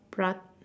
prat~